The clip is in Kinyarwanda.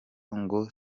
ngo